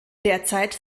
derzeit